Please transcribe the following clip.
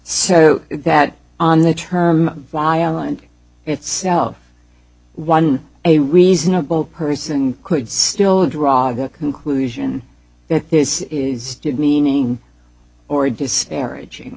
so that on the term violent itself one a reasonable person could still draw the conclusion that this is stupid meaning or disparaging